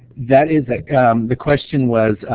that is a the question was,